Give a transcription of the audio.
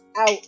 out